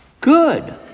Good